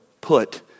put